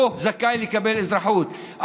הוא זכאי לקבל אזרחות,